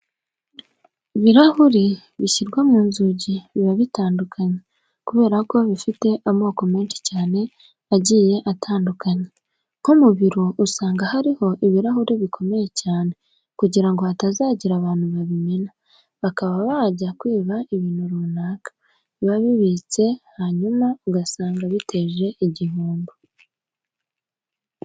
Ibirahuri bishyirwa mu nzugi biba bitandukanye kubera ko bifite amoko menshi cyane agiye atandukanye. Nko ku biro usanga hariho ibirahuri bikomeye cyane kugira ngo hatazagira abantu babimena, bakaba bajya kwiba ibintu runaka biba bibitsemo hanyuma ugasanga biteje igihombo.